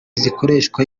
zikoreshwa